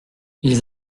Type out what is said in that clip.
ils